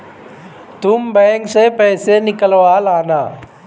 तुम बैंक से पैसे निकलवा लाना